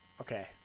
Okay